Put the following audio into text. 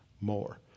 more